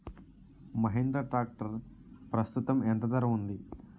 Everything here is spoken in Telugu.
మహీంద్రా ట్రాక్టర్ ప్రస్తుతం ఎంత ధర ఉంది?